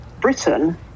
Britain